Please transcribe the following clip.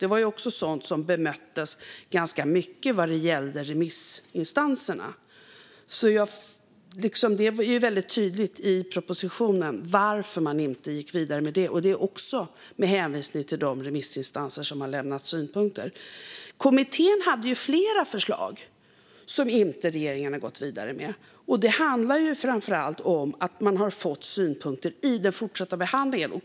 Det var också sådant som bemöttes ganska mycket från remissinstanserna. Det är väldigt tydligt i propositionen varför man inte gick vidare med det, och det var också med hänvisning till de remissinstanser som har lämnat synpunkter. Kommittén hade flera förslag som regeringen inte har gått vidare med. Det handlar framför allt om att man har fått synpunkter i den fortsatta behandlingen.